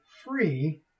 free